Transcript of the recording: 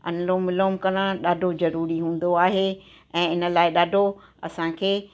अलोम विलोम करण ॾाढो जरूरी हूंदो आ आहे ऐं इन लाइ ॾाढो असांखे